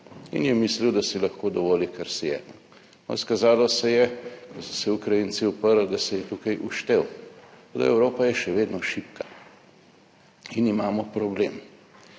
in je mislil, da si lahko dovoli, kar si je. Izkazalo se je, da so se Ukrajinci uprli, da se je tukaj uštel, da Evropa je še vedno šibka in imamo problem,